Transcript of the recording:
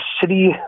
city